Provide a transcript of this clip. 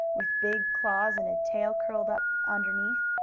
with big claws, and a tail curled up underneath.